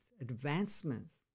advancements